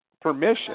permission